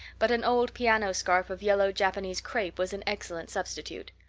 but an old piano scarf of yellow japanese crepe was an excellent substitute.